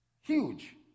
Huge